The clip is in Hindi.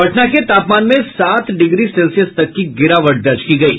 पटना के तापमान में सात डिग्री सेल्सियस तक की गिरावट दर्ज की गयी